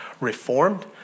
reformed